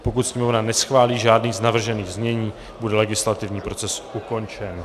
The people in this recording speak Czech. Pokud Sněmovna neschválí žádné z navržených znění, bude legislativní proces ukončen.